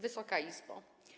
Wysoka Izbo!